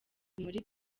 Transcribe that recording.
muri